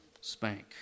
Spank